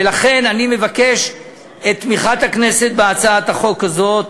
ולכן אני מבקש את תמיכת הכנסת בהצעת החוק הזאת,